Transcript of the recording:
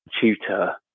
tutor